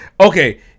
Okay